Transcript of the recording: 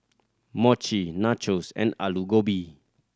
Mochi Nachos and Alu Gobi